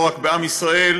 לא רק בעם ישראל,